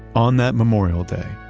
on that memorial day,